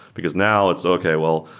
because now it's, okay. well,